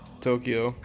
Tokyo